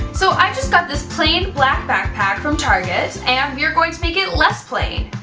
so i just got this plain black backpack from target, and we are going to make it less plain!